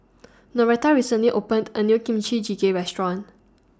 Noretta recently opened A New Kimchi Jjigae Restaurant